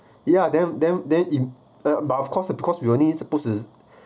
ya then then then in but of course uh because we only supposed to